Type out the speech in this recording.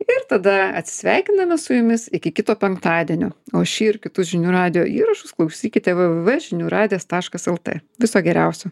ir tada atsisveikiname su jumis iki kito penktadienio o šį ir kitus žinių radijo įrašus klausykite vvv žinių radijas taškas lt viso geriausio